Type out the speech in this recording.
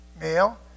Male